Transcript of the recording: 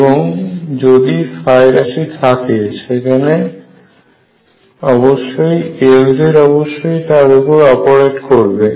এখন যদি রাশি সেখানে থাকে তবে Lz অবশ্যই তার উপর অপারেট করবে